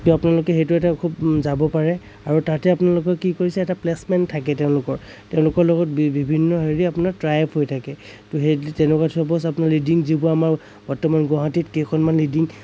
ত' আপোনালোক সেইটো এটা খুব যাব পাৰে আৰু তাতে আপোনালোকৰ কি কৰিছে এটা প্লেচমেণ্ট থাকে তেওঁলোকৰ তেওঁলোকৰ লগত বি বিভিন্ন হেৰি আপোনাৰ টাই আপ হৈ থাকে তো সেই তেনেকুৱাত চাপোজ আপোনাৰ লীডিং যিবোৰ আমাৰ বৰ্তমান গুৱাহাটীত কেইখনমান লীডিং